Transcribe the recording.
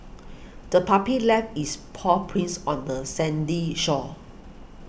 the puppy left its paw prints on the sandy shore